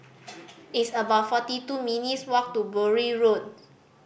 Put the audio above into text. it's about forty two minutes' walk to Bury Road